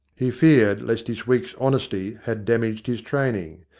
he feared lest his week's honesty had damaged his training.